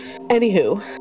anywho